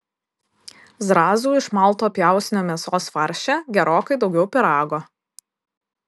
zrazų iš malto pjausnio mėsos farše gerokai daugiau pyrago